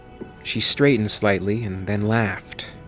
she straightened slightly and then laughed.